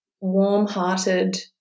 warm-hearted